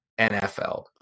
NFL